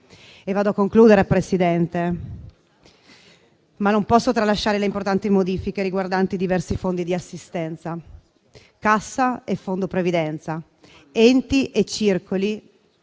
Vado a concludere, Presidente, ma non posso tralasciare le importanti modifiche riguardanti diversi fondi di assistenza, cassa e fondo previdenza, enti e circoli